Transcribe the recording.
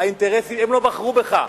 הם לא בחרו בך,